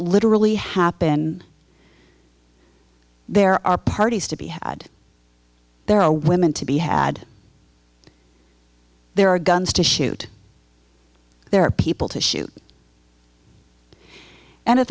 literally happen there are parties to be had there are women to be had there are guns to shoot there are people to shoot and at